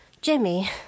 Jimmy